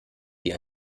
die